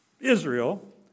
Israel